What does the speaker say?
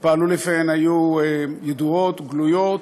פעלו לפיהן היו ידועות, גלויות,